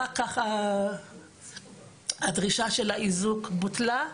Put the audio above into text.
אחר כך הדרישה של האיזוק בוטלה,